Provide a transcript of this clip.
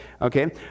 Okay